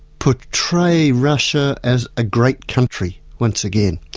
portray russia as a great country once again.